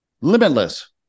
Limitless